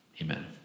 amen